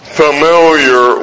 familiar